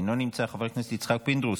אינו נמצא, חבר הכנסת יצחק פינדרוס,